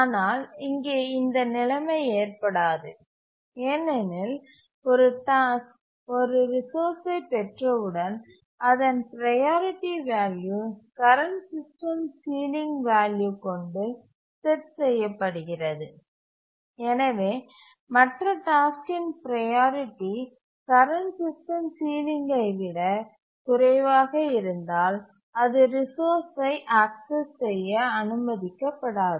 ஆனால் இங்கே இந்த நிலைமை ஏற்படாது ஏனெனில் ஒரு டாஸ்க் ஒரு ரிசோர்ஸ்சை பெற்றவுடன் அதன் priority value current system ceiling value கொண்டு செட் செய்யப்படுகிறது எனவே மற்ற டாஸ்க்கின் ப்ரையாரிட்டி கரண்ட் சிஸ்டம் சீலிங்கை விட குறைவாக இருந்தால் அது ரிசோர்ஸ்சை ஆக்சஸ் செய்ய அனுமதிக்கப்படாது